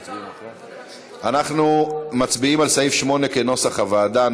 אנחנו מצביעים על סעיף 8 כנוסח הוועדה.